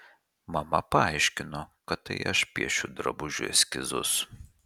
mama paaiškino kad tai aš piešiu drabužių eskizus